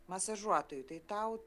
masažuotoju tai tau